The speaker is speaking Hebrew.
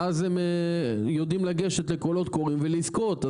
ואז הם יודעים לגשת לקולות קוראים ולזכות.